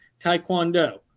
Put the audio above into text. Taekwondo